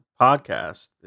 podcast